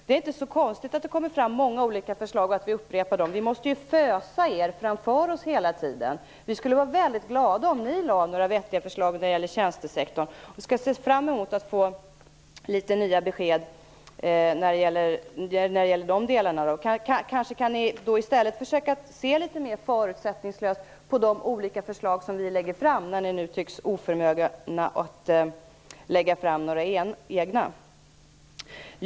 Det är inte så konstigt att det kommer fram många olika förslag och att vi upprepar dem. Vi måste ju fösa er framför oss hela tiden. Vi skulle vara mycket glada om ni lade fram några vettiga förslag när det gäller tjänstesektorn. Vi skall se fram emot att få några nya besked när det gäller dessa delar. Kanske kan ni då försöka se litet mer förutsättningslöst på de olika förslag som vi lägger fram, när ni nu tycks oförmögna att lägga fram några egna förslag.